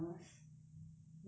maybe it's not my thing